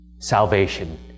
salvation